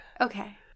Okay